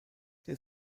der